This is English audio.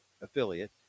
affiliate